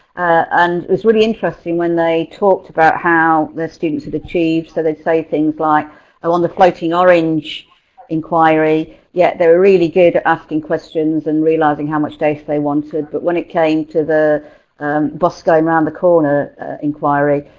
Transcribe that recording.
and it's really interesting when they talked about how their students had achieved. so they'd say things like i'm on the floating orange inquiry yet they were really good at asking questions and realizing how much data they wanted. but when it came to the bus go around the corner inquiry.